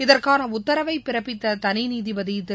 இதற்கான உத்தரவை பிறப்பித்த தனி நீதிபதி திரு